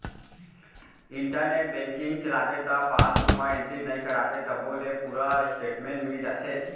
internet banking चलाबे त passbook म एंटरी नइ कराबे तभो ले पूरा इस्टेटमेंट मिल जाथे